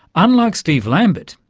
unlike steve lambert,